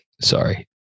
Sorry